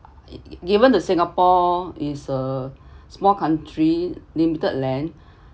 given that singapore is a small country limited land